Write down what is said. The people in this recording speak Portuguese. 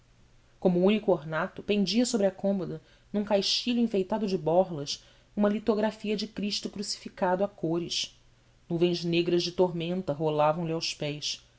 como único ornato pendia sobre a cômoda num caixilho enfeitado de borlas uma litografia de cristo crucificado a cores nuvens negras de tormenta rolavam lhe aos pés